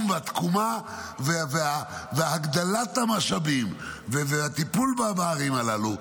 והתקומה והגדלת המשאבים והטיפול בערים הללו.